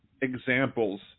examples